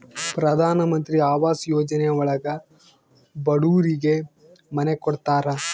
ಪ್ರಧನಮಂತ್ರಿ ಆವಾಸ್ ಯೋಜನೆ ಒಳಗ ಬಡೂರಿಗೆ ಮನೆ ಕೊಡ್ತಾರ